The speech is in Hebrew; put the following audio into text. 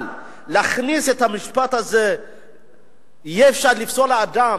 אבל להכניס את המשפט הזה שיהיה אפשר לפסול אדם